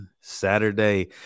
Saturday